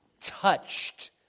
touched